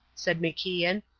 said macian,